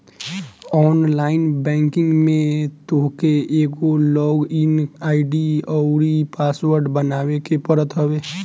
online banking में तोहके एगो लॉग इन आई.डी अउरी पासवर्ड बनावे के पड़त हवे